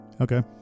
Okay